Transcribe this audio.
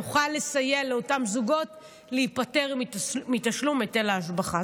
נוכל לסייע לאותם זוגות להיפטר מתשלום היטל ההשבחה.